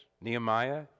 Nehemiah